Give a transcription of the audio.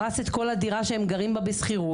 הרס את כל הדירה שהם גרים בה בשכירות,